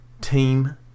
Team